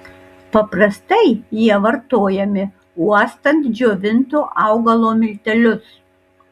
paprastai jie vartojami uostant džiovinto augalo miltelius